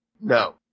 No